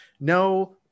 No